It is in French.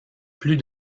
plus